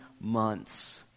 months